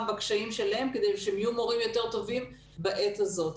בקשיים שלהם כדי שהם יהיו מורים יותר טובים בעת הזאת.